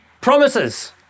promises